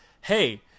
Hey